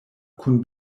kun